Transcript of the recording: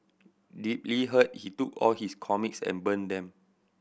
deeply hurt he took all his comics and burnt them